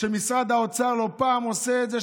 ומשרד האוצר לא פעם עושה את זה,